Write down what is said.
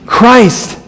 Christ